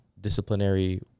disciplinary